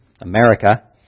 America